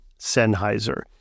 Sennheiser